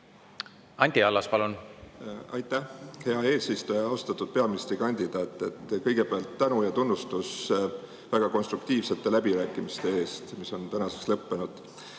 Anti Allas, palun! Aitäh, hea eesistuja! Austatud peaministrikandidaat! Kõigepealt tänu ja tunnustus väga konstruktiivsete läbirääkimiste eest, mis on tänaseks lõppenud.